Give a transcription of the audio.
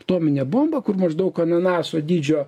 atominę bombą kur maždaug ananaso dydžio